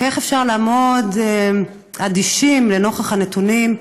כי איך אפשר לעמוד אדישים לנוכח הנתונים.